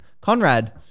Conrad